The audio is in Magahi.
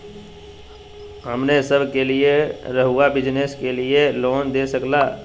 हमने सब के लिए रहुआ बिजनेस के लिए लोन दे सके ला?